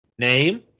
Name